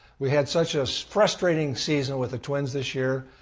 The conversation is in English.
we had such a so frustrating season with the twins this year.